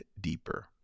deeper